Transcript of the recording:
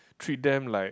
treat them like